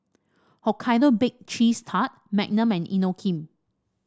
Hokkaido Baked Cheese Tart Magnum and Inokim